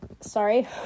Sorry